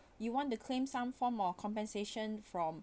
you wanted to claim some form of compensation from